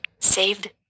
Saved